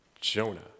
Jonah